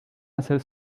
hacer